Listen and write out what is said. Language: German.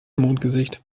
mondgesicht